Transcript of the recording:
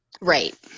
Right